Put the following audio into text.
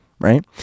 right